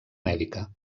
mèdica